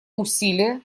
усилия